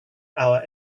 our